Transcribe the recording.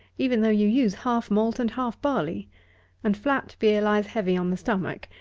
even though you use half malt and half barley and flat beer lies heavy on the stomach,